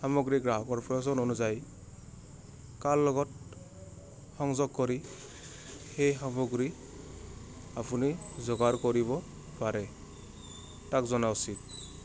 সামগ্ৰী গ্ৰাহকৰ প্ৰয়োজন অনুযায়ী কাৰ লগত সংযোগ কৰি সেই সামগ্ৰী আপুনি যোগাৰ কৰিব পাৰে তাক জনা উচিত